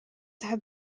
have